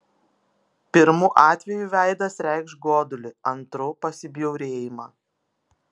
pirmu atveju veidas reikš godulį antru pasibjaurėjimą